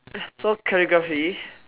uh so calligraphy